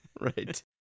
right